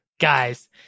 guys